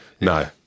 No